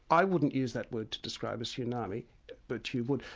i wouldn't use that word to describe a tsunami but you would,